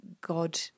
God